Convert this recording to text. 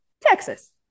Texas